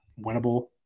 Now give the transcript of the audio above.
winnable